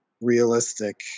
realistic